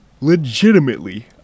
legitimately